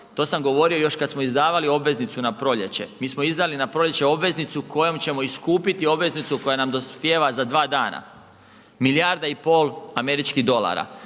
To sam govorio još kad smo izdavali obveznicu na proljeće, mi smo izdali na proljeće obveznicu kojom ćemo iskupiti obveznicu koja nam dospijeva za dva dana, milijarda i pol američkih dolara.